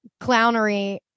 clownery